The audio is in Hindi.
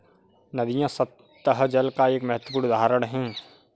नदियां सत्तह जल का एक महत्वपूर्ण उदाहरण है